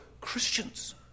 Christians